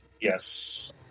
Yes